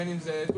בין אם זה טוויטר,